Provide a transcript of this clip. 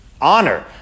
honor